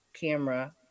camera